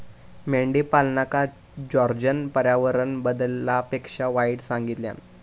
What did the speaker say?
मेंढीपालनका जॉर्जना पर्यावरण बदलापेक्षा वाईट सांगितल्यान